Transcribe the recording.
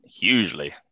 hugely